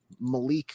Malik